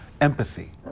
Empathy